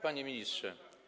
Panie Ministrze!